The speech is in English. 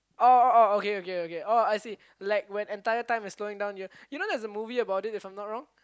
oh oh oh okay okay okay oh I see like when the entire time is slowing down you know there's a movie about it if I'm not wrong